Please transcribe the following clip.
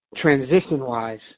transition-wise